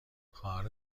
خواهر